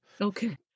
Okay